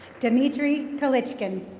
dimitri kelichkin.